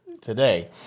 today